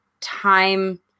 time